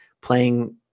playing